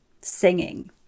singing